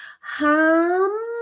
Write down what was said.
hum